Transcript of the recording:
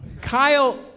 Kyle